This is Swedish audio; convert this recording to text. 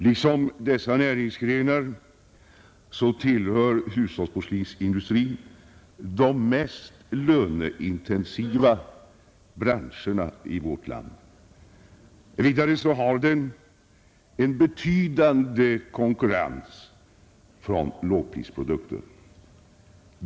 Liksom dessa näringsgrenar tillhör hushållsporslinsindustrin de mest löneintensiva branscherna i vårt land. Vidare har den en betydande konkurrens från lågprisprodukter.